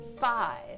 Five